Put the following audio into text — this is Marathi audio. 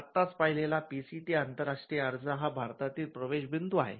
आत्ताच पाहिलेला पीसीटी आंतरराष्ट्रीय अर्ज हा भारतातील प्रवेश बिंदू आहे